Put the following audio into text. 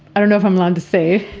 i don't know if i'm allowed to say,